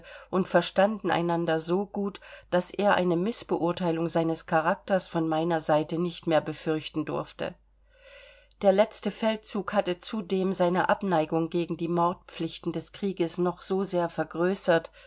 und verstanden einander so gut daß er eine mißbeurteilung seines charakters von meiner seite nicht mehr befürchten durfte der letzte feldzug hatte zudem seine abneigung gegen die mordpflichten des krieges noch so sehr vergrößert